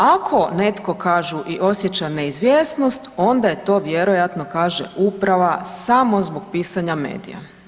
Ako netko kažu i osjeća neizvjesnost onda je to vjerojatno kaže uprava samo zbog pisanja medija.